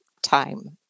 time